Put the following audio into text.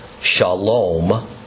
Shalom